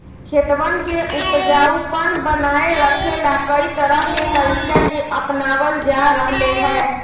खेतवन के उपजाऊपन बनाए रखे ला, कई तरह के तरीका के अपनावल जा रहले है